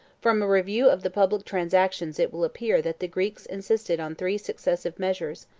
from a review of the public transactions it will appear that the greeks insisted on three successive measures,